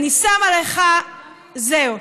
אני שם עליך, זהו.